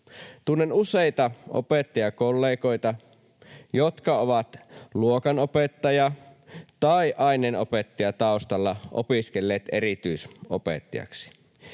Tunnen useita opettajakollegoita, jotka ovat luokanopettaja- tai aineenopettajataustalla opiskelleet erityisopettajiksi.